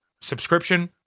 subscription